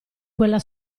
quella